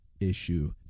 issue